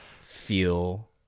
feel